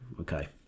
Okay